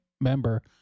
member